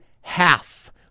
half